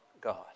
God